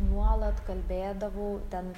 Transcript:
nuolat kalbėdavau ten